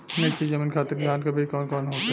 नीची जमीन खातिर धान के बीज कौन होखे?